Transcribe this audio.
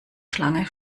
schlange